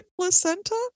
Placenta